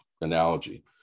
analogy